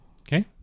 Okay